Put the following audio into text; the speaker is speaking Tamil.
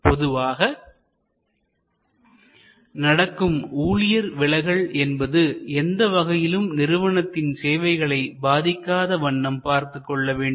பொதுவாக நடக்கும் ஊழியர் விலகல் என்பது எந்தவகையிலும் நிறுவனத்தின் சேவைகளை பாதிக்காத வண்ணம் பார்த்துக் கொள்ள வேண்டும்